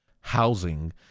housing